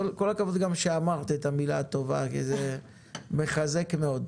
כל הכבוד גם שאמרת את המילה הטובה כי זה מחזק מאוד.